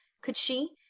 could she?